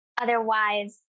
otherwise